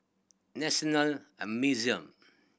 National a Museum